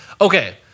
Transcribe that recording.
Okay